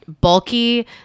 bulky